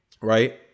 right